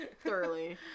Thoroughly